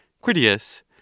Critias